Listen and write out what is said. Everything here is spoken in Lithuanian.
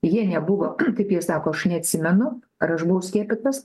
jie nebuvo kaip jie sako aš neatsimenu ar aš buvau skiepytas